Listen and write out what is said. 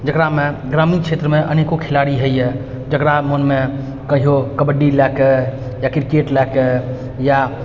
जकरामे ग्रामीण क्षेत्रमे अनेको खिलाड़ी होइए जकरा मोनमे कहियो कबड्डी लए कऽ या क्रिकेट लए कऽ या